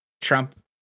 Trump